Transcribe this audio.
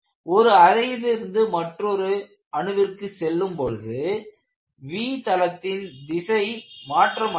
ஒரு அணுவிலிருந்து மற்றொரு அணுவிற்கு செல்லும்பொழுது V தளத்தின் திசை மாற்றம் அடைகிறது